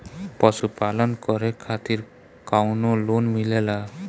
पशु पालन करे खातिर काउनो लोन मिलेला?